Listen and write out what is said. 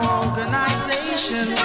organization